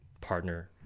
partner